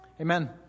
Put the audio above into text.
Amen